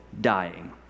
dying